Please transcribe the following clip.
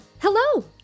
hello